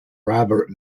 robert